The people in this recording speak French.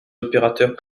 opérateurs